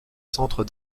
centres